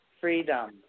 freedom